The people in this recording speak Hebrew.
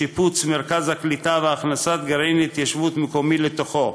שיפוץ מרכז הקליטה והכנסת גרעין התיישבות מקומי לתוכו,